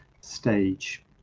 stage